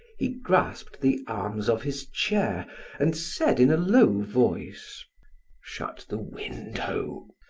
he grasped the arms of his chair and said in a low voice shut the window.